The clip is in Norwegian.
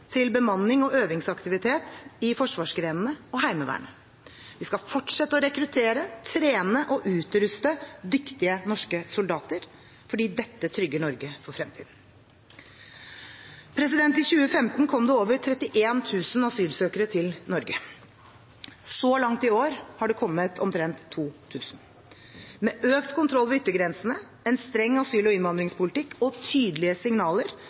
til bemanning og øvingsaktivitet i forsvarsgrenene og Heimevernet. Vi skal fortsette å rekruttere, trene og utruste dyktige norske soldater. Dette trygger Norge for fremtiden. I 2015 kom det over 31 000 asylsøkere til Norge. Så langt i år har det kommet omtrent 2 000. Med økt kontroll ved yttergrensene, en streng asyl- og innvandringspolitikk og tydelige signaler